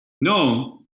No